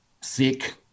sick